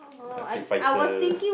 I still fight her